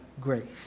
grace